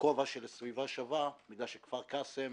מהכובע של סביבה שווה, כי כפר קאסם